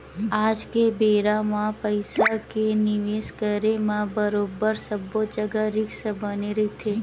आज के बेरा म पइसा के निवेस करे म बरोबर सब्बो जघा रिस्क बने रहिथे